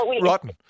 rotten